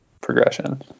progression